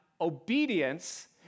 obedience